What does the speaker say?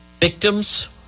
victims